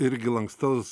irgi lankstaus